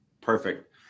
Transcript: Perfect